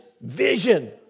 vision